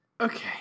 Okay